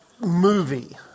movie